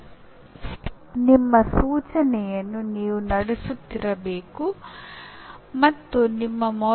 ಅಂದರೆ ಜ್ಞಾನವನ್ನು ಸಂಪಾದಿಸುವುದಕ್ಕಿಂತ ಕಲಿಯುವುದು ಹೇಗೆ ಎಂದು ತಿಳಿದುಕೊಳ್ಳುವುದು ಹೆಚ್ಚು ಮುಖ್ಯವಾದ ಕೌಶಲ್ಯ